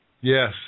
yes